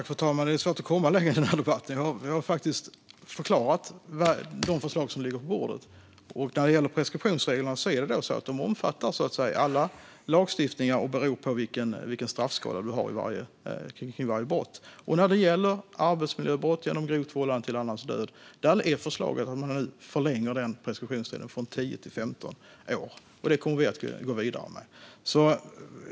Fru talman! Det är svårt att komma längre i den här debatten. Jag har förklarat vilka förslag som ligger på bordet. Preskriptionsreglerna omfattar all lagstiftning, och de beror på vilken straffskala man har för varje brott. När det gäller arbetsmiljöbrott genom grovt vållande till annans död är förslaget att man förlänger preskriptionstiden från 10 till 15 år. Det kommer vi att gå vidare med.